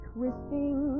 Twisting